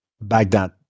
Baghdad